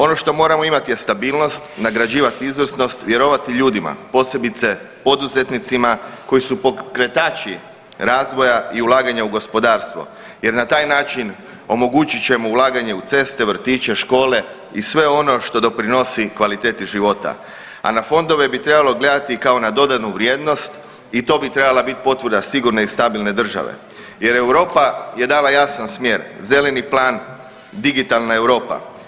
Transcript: Ono što moramo imati je stabilnost, nagrađivati izvrsnost, vjerovati ljudima, posebice poduzetnicima koji su pokretači razvoja i ulaganja u gospodarstvo jer na taj način omogućit ćemo ulaganje u ceste, vrtiće, škole i sve ono što doprinosi kvaliteti života, a na fondove bi trebalo gledati kao na dodanu vrijednost i to bi trebala biti potvrda sigurne i stabilne države jer Europa je dala jasan smjer, zeleni plan, digitalna Europa.